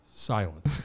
Silent